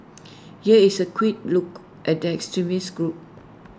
here is A quick look at that extremist group